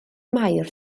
mair